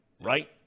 right